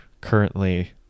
currently